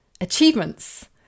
achievements